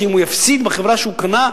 שאם הוא יפסיד בחברה שהוא קנה,